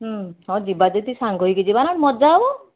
ହୁଁ ହଉ ଯିବା ଯଦି ସାଙ୍ଗ ହେଇକି ଯିବାନା ମଜା ହବ